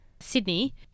Sydney